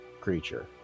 creature